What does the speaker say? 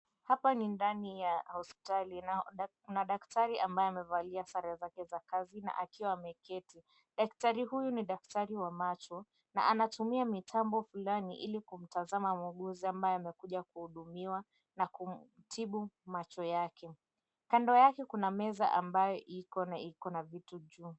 Hapa ni ndani ya hospitali na kuna daktari ambaye amevalia sare zake za kazi na akiwa ameketi. Daktari huyu ni daktari wa macho na anatumia mitambo fulani ilikumtazama muuguzi ambaye amekuja kuhudumiwa na kumtibu macho yake kando yake kuna meza ambayo iko na iko na vitu juu.